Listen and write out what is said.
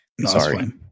Sorry